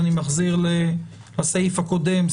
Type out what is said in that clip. ואני מחזיר לסעיף הקודם,